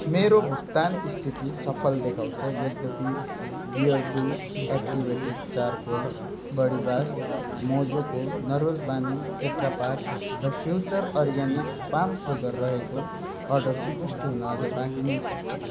मेरो भुक्तान स्थिति सफल देखाउँछ यद्यपि बियरडु एक्टिभेटेड चारकोल बडीवास मोजोको नरिवल पानी टेट्रापाक र फ्युचर अर्ग्यानिक्स पाम सुगर रहेको अर्डरको पुष्टि हुन अझ बाँकी नै छ